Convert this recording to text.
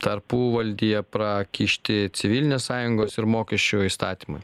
tarpuvaldyje prakišti civilinės sąjungos ir mokesčių įstatymai